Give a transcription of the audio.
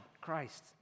Christ